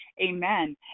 Amen